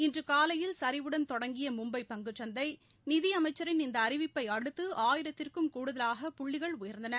இன்று காலையில் சரிவுடன் தொடங்கிய மும்பை பங்குச்சந்தை நிதி அமைச்சின் இந்த அறிவிப்பை அடுத்து ஆயிரத்திற்கும் கூடுதலாக புள்ளிகள் உயர்ந்தன